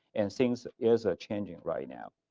and things is ah changing right now.